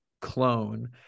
clone